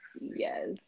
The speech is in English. yes